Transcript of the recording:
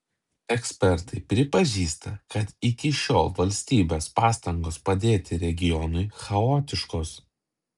ekspertai pripažįsta kad iki šiol valstybės pastangos padėti regionui chaotiškos